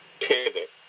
pivot